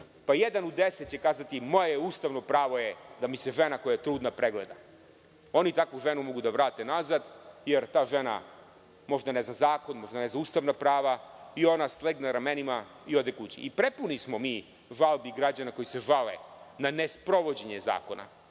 od deset će kazati – moje je ustavno pravo da mi se žena koja je trudna pregleda. Oni takvu ženu mogu da vrate nazad, jer ta žena možda ne zna zakon, možda ne zna ustavna prava, i ona slegne ramenima i ode kući. Prepuni smo mi žalbi građana koji se žale na nesprovođenje zakona.Za